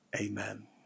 amen